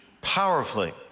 powerfully